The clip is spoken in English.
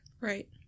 Right